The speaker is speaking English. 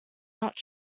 not